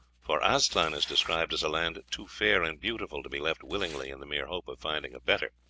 for aztlan is described as a land too fair and beautiful to be left willingly in the mere hope of finding a better.